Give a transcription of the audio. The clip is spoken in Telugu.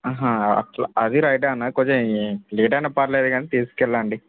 అట్లా అది రైటే అన్నా కొంచెం ఏ లేట్ అయినా పర్లేదు గాని తీసుకెళ్ళండి